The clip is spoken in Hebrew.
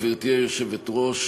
גברתי היושבת-ראש,